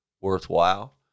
worthwhile